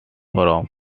from